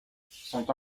sont